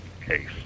case